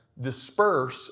disperse